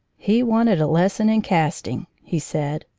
he wanted a lesson in casting, he said.